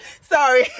Sorry